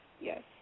yes